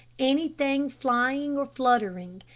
anything flying or fluttering,